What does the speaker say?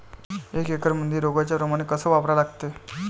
एक एकरमंदी रोगर च प्रमान कस वापरा लागते?